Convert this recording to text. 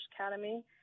academy –